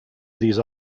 these